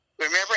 Remember